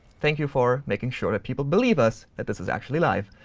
thank you, for making sure that people believe us that this is actually live.